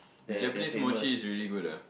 the Japanese mochi is really good ah